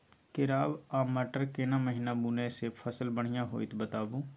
केराव आ मटर केना महिना बुनय से फसल बढ़िया होत ई बताबू?